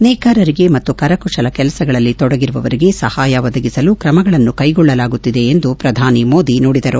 ನೇಕಾರರಿಗೆ ಮತ್ತು ಕರಕುಶಲ ಕೆಲಸಗಳಲ್ಲಿ ತೊಡಗಿರುವವರಿಗೆ ಸಹಾಯ ಒದಗಿಸಲು ಕ್ರಮಗಳನ್ನು ಕೈಗೊಳ್ಳಲಾಗುತ್ತಿದೆ ಎಂದು ಪ್ರಧಾನಿ ಮೋದಿ ನುಡಿದರು